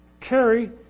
carry